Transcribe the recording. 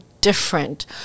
different